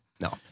No